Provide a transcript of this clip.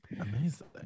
amazing